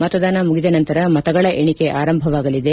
ಮತದಾನ ಮುಗಿದ ನಂತರ ಮತಗಳ ಎಣಿಕೆ ಆರಂಭವಾಗಲಿದೆ